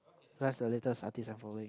that's the latest artist I'm following